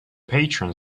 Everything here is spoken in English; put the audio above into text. patron